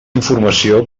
informació